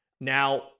Now